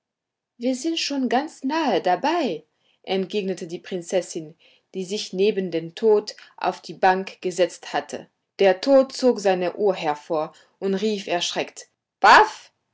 wir sind schon ganz nahe dabei entgegnete die prinzessin die sich neben den tod auf die bank gesetzt hatte der tod zog seine uhr hervor und rief erschreckt paff